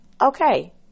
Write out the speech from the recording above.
Okay